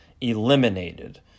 eliminated